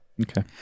Okay